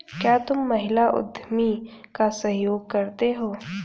क्या तुम महिला उद्यमी का सहयोग करते हो?